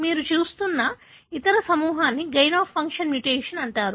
మీరు చూస్తున్న ఇతర సమూహాన్ని గెయిన్ ఆఫ్ ఫంక్షన్ మ్యుటేషన్ అంటారు